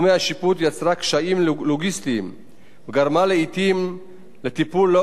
וגרמה לעתים לטיפול לא יעיל באירועי כבאות והצלה.